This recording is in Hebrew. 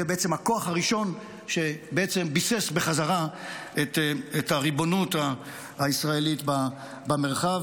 זה בעצם הכוח הראשון שביסס בחזרה את הריבונות הישראלית במרחב,